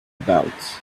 about